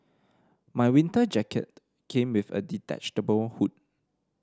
my winter jacket came with a detachable hood